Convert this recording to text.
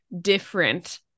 different